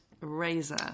razor